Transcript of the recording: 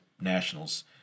Nationals